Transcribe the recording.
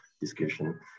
discussion